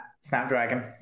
Snapdragon